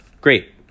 great